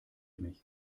mich